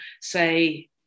say